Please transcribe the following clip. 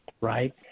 right